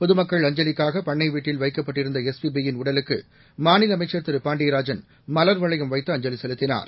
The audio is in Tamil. பொதுமக்கள் அஞ்சலிக்காக பண்ணை வீட்டில் வைக்கப்பட்டிருந்த எஸ் பி பி யின் உடலுக்கு மாநில அமைச்சர் திரு பாண்டியராஜன் மலர் வளையம் வைத்து அஞ்சலி செலுத்தினார்